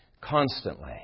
constantly